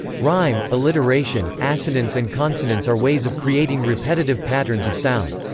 rhyme, alliteration, assonance and consonance are ways of creating repetitive patterns of sound.